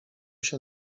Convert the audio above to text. się